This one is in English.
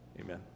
Amen